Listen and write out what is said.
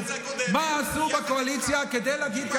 מה עשו בקואליציה כדי להגיד,